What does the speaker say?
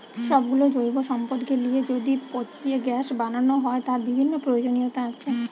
সব গুলো জৈব সম্পদকে লিয়ে যদি পচিয়ে গ্যাস বানানো হয়, তার বিভিন্ন প্রয়োজনীয়তা আছে